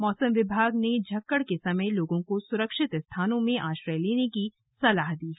मौसम विभाग ने झक्कड़ के समय लोगों को सुरक्षित स्थानों में आश्रय लेने की सलाह दी है